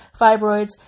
fibroids